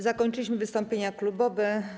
Zakończyliśmy wystąpienia klubowe.